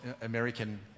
American